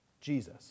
Jesus